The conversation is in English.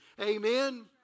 amen